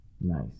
Nice